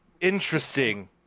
Interesting